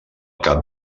cap